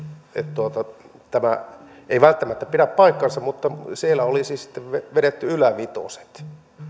tämä ei välttämättä pidä paikkaansa että siellä oli sitten vedetty ylävitoset